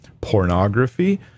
pornography